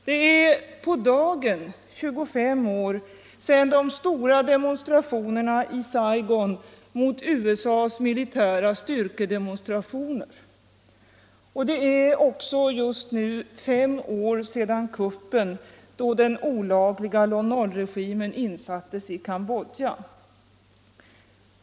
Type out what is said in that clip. Det är på dagen 25 år sedan de stora demonstrationerna i Saigon mot USA:s militära styrkedemonstrationer. Det är också just nu fem år sedan kuppen då den olagliga Lon Nol-regimen insattes i Cambodja.